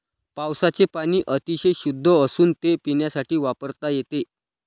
पावसाचे पाणी अतिशय शुद्ध असून ते पिण्यासाठी वापरता येते